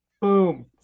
Boom